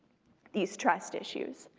these trust issues.